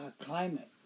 climate